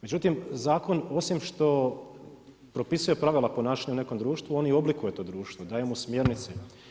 Međutim, zakon osim što propisuje pravila ponašanja u nekom društvu on i oblikuje to društvo, daje mu smjernice.